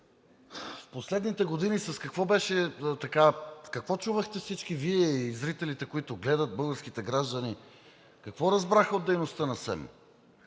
В последните години какво чувахте всички Вие и зрителите, които гледат, българските граждани, какво разбраха от дейността на